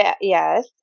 Yes